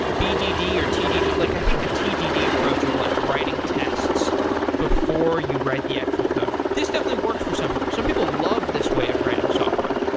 or tdd like i think the tdd approach of like writing tests before you write the actual code, this definitely works for some people. some people love this way of writing software.